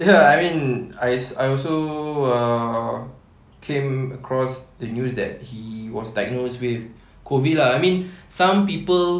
ya I mean I I also err came across the news that he was diagnosed with COVID lah I mean some people